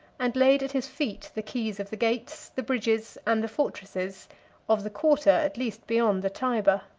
and laid at his feet the keys of the gates, the bridges, and the fortresses of the quarter at least beyond the tyber.